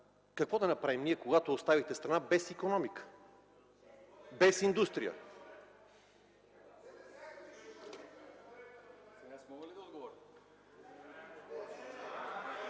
Какво да направим ние, когато вие оставихте страна без икономика, без индустрия?